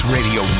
Radio